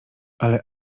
ale